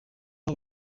aho